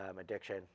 addiction